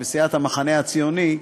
בסיעת המחנה הציוני.